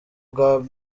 bwa